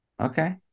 Okay